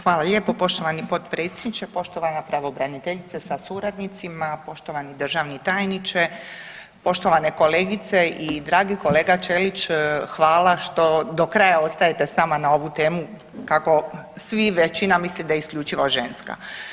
Hvala lijepo poštovani potpredsjedniče, poštovana pravobraniteljice sa suradnicima, poštovani državni tajniče, poštovane kolegice i dragi kolega Ćelić, hvala što do kraja ostajete s nama na ovu temu kako svi i većina misle da je isključivo ženska.